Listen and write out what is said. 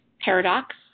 paradox